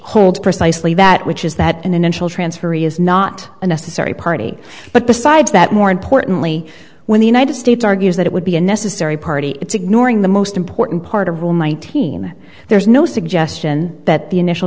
holds precisely that which is that an initial transferee is not a necessary party but besides that more importantly when the united states argues that it would be a necessary party ignoring the most important part of rule nineteen there is no suggestion that the initial